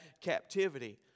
captivity